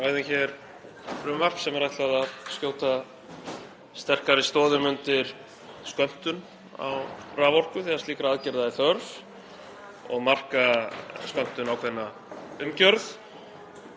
ræðum hér frumvarp sem er ætlað að skjóta sterkari stoðum undir skömmtun á raforku þegar slíkra aðgerða er þörf og marka skömmtun ákveðna umgjörð.